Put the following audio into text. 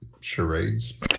charades